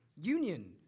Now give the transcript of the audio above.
union